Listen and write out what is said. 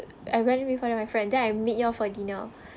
I went with one of my friend then I meet you all for dinner